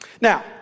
Now